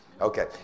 Okay